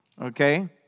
okay